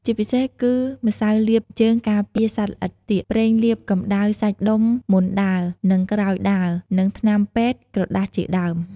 ជាពិសេសគឺម្ស៉ៅលាបជើងការពារសត្វល្អិតទៀក ប្រេងលាបកំដៅសាច់ដុំមុនដើរ និងក្រោយដើរ និងថ្នាំពេទ្យ ក្រដាសជាដើម។